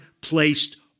placed